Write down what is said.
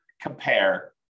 compare